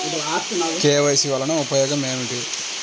KYC వలన ఉపయోగం ఏమిటీ?